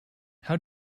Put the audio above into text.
how